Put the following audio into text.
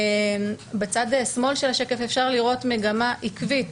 בצד שמאל של השקף אפשר לראות מגמה עקבית